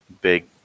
big